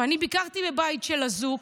ואני ביקרתי בבית של אזוק,